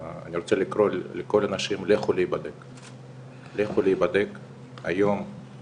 אני רוצה התייחסויות של חברי הכנסת שנמצאים כאן ורופא